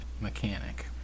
mechanic